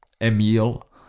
emil